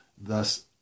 Thus